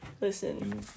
Listen